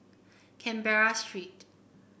Canberra Street